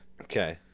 Okay